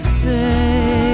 say